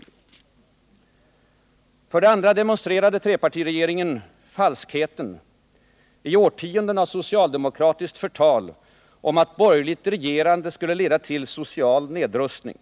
En annan viktig slutsats vi kan dra av trepartisamarbetet är att trepartiregeringen demonstrerade falskheten i årtionden av socialdemokratiskt förtal om att borgerligt regerande skulle leda till social nedrustning.